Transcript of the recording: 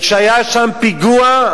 כשהיה שם פיגוע,